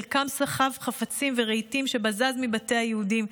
חלקם סחבו חפצים ורהיטים שבזזו מבתי היהודים.